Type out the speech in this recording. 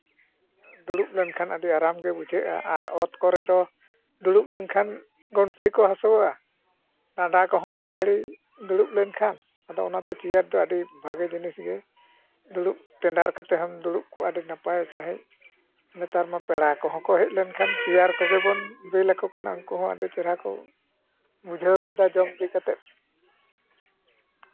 ᱫᱩᱲᱩᱵ ᱞᱮᱱᱠᱷᱟᱱ ᱟᱹᱰᱤ ᱟᱨᱟᱢᱜᱮ ᱵᱩᱡᱷᱟᱹᱜᱼᱟ ᱟᱨ ᱚᱛ ᱠᱚᱨᱮ ᱫᱚ ᱫᱩᱲᱩᱵ ᱞᱮᱱᱠᱷᱟᱱ ᱜᱚᱱᱴᱷᱮ ᱠᱚ ᱦᱟᱹᱥᱩᱣᱟ ᱰᱟᱸᱰᱟ ᱠᱚᱦᱚᱸ ᱟᱹᱰᱤ ᱜᱷᱟᱹᱲᱤᱡ ᱫᱩᱲᱩᱵ ᱞᱮᱱᱠᱷᱟᱱ ᱟᱫᱚ ᱚᱱᱟᱛᱮ ᱪᱮᱭᱟᱨ ᱫᱚ ᱟᱹᱰᱤ ᱵᱷᱟᱜᱮ ᱡᱤᱱᱤᱥ ᱜᱮ ᱫᱩᱲᱩᱵ ᱴᱮᱸᱰᱟᱨ ᱠᱟᱛᱮ ᱦᱚᱢ ᱫᱩᱲᱩᱵ ᱠᱚᱜᱼᱟ ᱟᱹᱰᱤ ᱱᱟᱯᱟᱭ ᱥᱟᱺᱦᱤᱡ ᱱᱮᱛᱟᱨ ᱢᱟ ᱯᱮᱲᱟ ᱠᱚᱦᱚᱸ ᱠᱚ ᱦᱮᱡ ᱞᱮᱱᱟᱠᱷᱟᱱ ᱪᱮᱭᱟᱨ ᱠᱚᱜᱮ ᱵᱚᱱ ᱵᱤᱞᱟᱠᱚ ᱠᱟᱱᱟ ᱩᱱᱠᱩ ᱦᱚᱸ ᱟᱹᱰᱤ ᱪᱮᱨᱦᱟ ᱠᱚ ᱵᱩᱡᱷᱟᱹᱣ ᱜᱚᱫᱟ ᱡᱚᱢ ᱵᱤ ᱠᱟᱛᱮᱫ